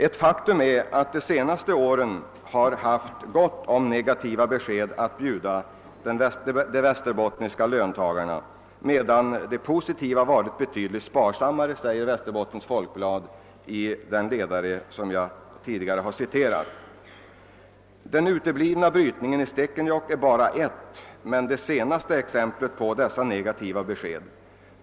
>Faktum är», skriver Västerbottens Folkblad, »att de senaste åren haft gott om negativa besked att bjuda de västerbottniska löntagarna, medan de positiva beskeden varit betydligt sparsammare. Den uteblivna brytningen i Stekenjokk är bara ett men det senaste exemplet på dessa negativa besked.